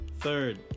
Third